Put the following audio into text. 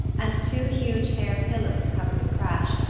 and two huge hair pillows covered with crash,